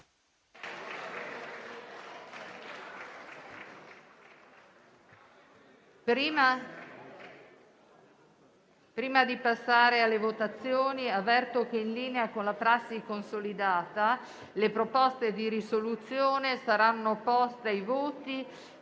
Prima di passare alle votazioni, avverto che, in linea con una prassi consolidata, le proposte di risoluzione saranno poste ai voti